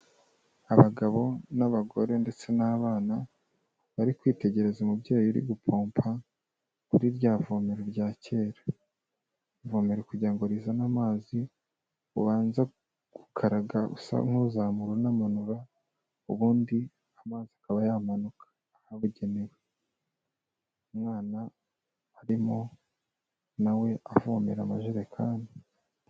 Abagabo n'abagore ndetse n'abana, bari kwitegereza umubyeyi uri gupompa kuri ryavomero rya kera. Ivomera kugira ngo rizane amazi, ubanza gukaraga usa nk'uzamura unamanura, ubundi amazi akaba yamanuka ahabugenewe. Umwana arimo na we avomera amajerekani.